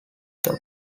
job